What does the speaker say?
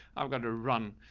i've got to run.